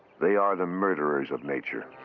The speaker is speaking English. they are the murderers of nature.